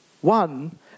One